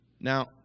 Now